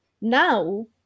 now